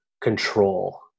control